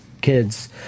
kids